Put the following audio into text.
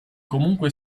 comunque